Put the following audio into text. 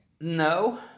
no